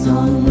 on